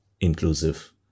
inclusive